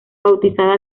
bautizada